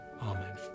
Amen